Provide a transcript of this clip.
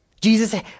Jesus